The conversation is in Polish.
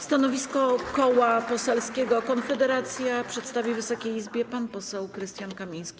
Stanowisko Koła Poselskiego Konfederacja przedstawi Wysokiej Izbie pan poseł Krystian Kamiński.